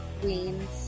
Queens